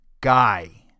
guy